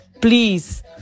please